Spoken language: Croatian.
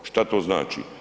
Što to znači?